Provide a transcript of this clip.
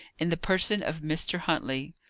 in the person of mr. huntley.